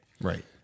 Right